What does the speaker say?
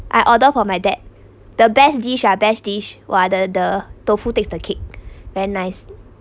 I order for my dad the best dish ah best dish !wah! the the tofu takes the kick very nice